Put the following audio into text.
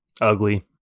Ugly